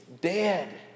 dead